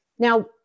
Now